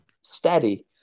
steady